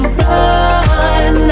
run